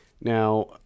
Now